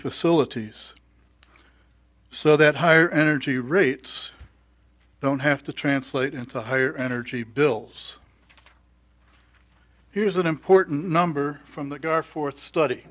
facilities so that higher energy rates don't have to translate into higher energy bills here's an important number from the guy fourth study